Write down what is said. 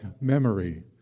memory